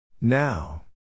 Now